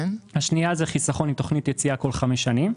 השנייה היא חיסכון עם תוכנית יציאה בכל חמש שנים.